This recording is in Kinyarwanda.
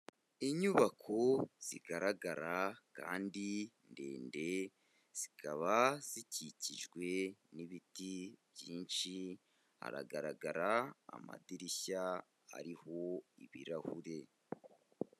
Inyubako zigaragara kandi ndende, zikaba zikikijwe n'ibiti byinshi, haragaragara amadirishya ariho ibirahure.